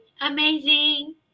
Amazing